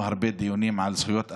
דיונים רבים בנושא זכויות אסירים.